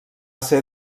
ser